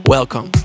Welcome